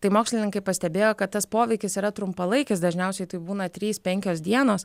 tai mokslininkai pastebėjo kad tas poveikis yra trumpalaikis dažniausiai tai būna trys penkios dienos